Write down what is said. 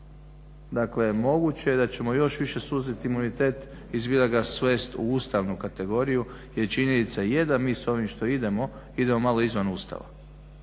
Dakle, moguće je da ćemo još više suziti imunitet i zbilja ga svest u ustavnu kategoriju, jer činjenica je da mi s ovim što idemo, idemo malo izvan Ustava.